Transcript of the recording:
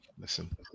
listen